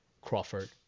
Crawford